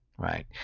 Right